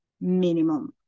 minimum